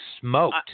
smoked